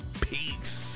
Peace